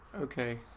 okay